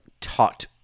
taught